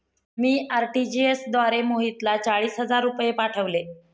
मी RTGS द्वारे मोहितला चाळीस हजार रुपये पाठवले